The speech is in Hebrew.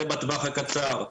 זה בטווח הקצר.